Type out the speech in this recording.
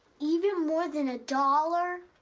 even more than a dollar?